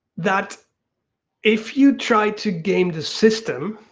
that if you try to gain the system,